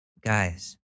Guys